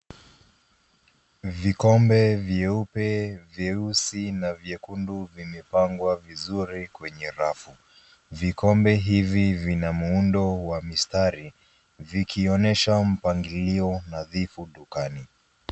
Vikombe vyeupe, vyeusi na vyekundu vimepangwa vizuri kwenye rafu. Vikombe hivi vina muundo wa mistari vikionyesha mpangilio nadhifu dukani.